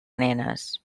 nenes